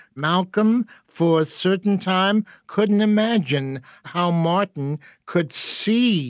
malcolm, for a certain time, couldn't imagine how martin could see